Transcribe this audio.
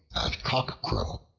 at cockcrow.